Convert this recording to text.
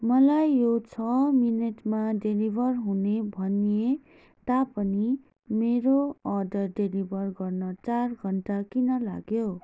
मलाई यो छ मिनेटमा डेलिभर हुने भनिए तापनि मेरो अर्डर डेलिभर गर्न चार घन्टा किन लाग्यो